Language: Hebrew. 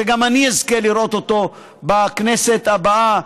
שאני אזכה לראות אותו גם בכנסת הבאה,